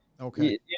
okay